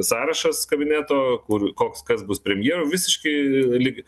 sąrašas kabineto kur koks kas bus premjeru visiškai lyg